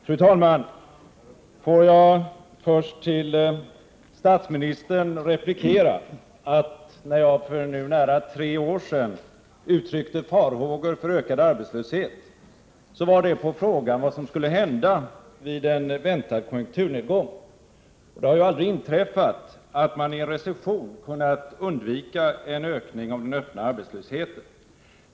Fru talman! Får jag först till statsministern replikera, att när jag för nu nära tre år sedan uttryckte farhågor för en ökning av arbetslösheten, var det med anledning av frågan vad som skulle hända vid en väntad konjunkturnedgång. Det har ju aldrig inträffat att man vid en recession kunnat undvika en ökning av den öppna arbetslösheten.